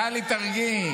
טלי, תרגיעי.